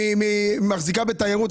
יושבת פה אישה שמחזיקה בתיירות,